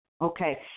Okay